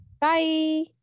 Bye